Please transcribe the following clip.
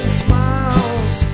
smiles